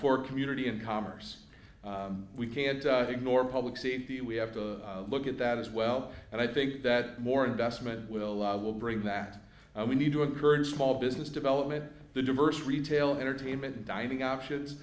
for community and commerce we can't ignore public safety we have to look at that as well and i think that more investment will will bring that we need to encourage small business development the diverse retail entertainment dining options